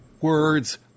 words